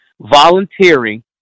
volunteering